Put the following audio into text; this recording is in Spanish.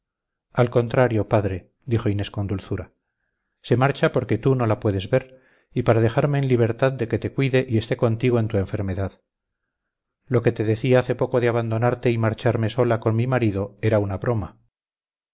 al contrario padre dijo inés con dulzura se marcha porque tú no la puedes ver y para dejarme en libertad de que te cuide y esté contigo en tu enfermedad lo que te decía hace poco de abandonarte y marcharme sola con mi marido era una broma